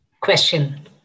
question